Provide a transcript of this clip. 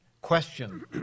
Question